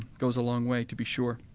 goes a long way to be sure.